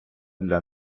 для